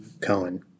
Cohen